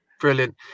Brilliant